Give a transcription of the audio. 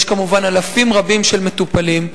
יש, כמובן, אלפים רבים של מטופלים.